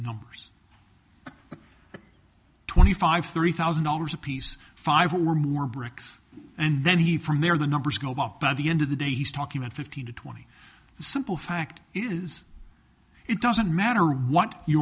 numbers twenty five thirty thousand dollars apiece five were more bricks and then he from there the numbers go up by the end of the day he's talking about fifteen to twenty the simple fact is it doesn't matter what you